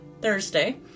Thursday